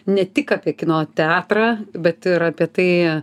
ne tik apie kino teatrą bet ir apie tai